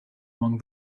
among